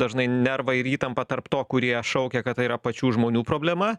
dažnai nervai ir įtampa tarp to kurie šaukia kad tai yra pačių žmonių problema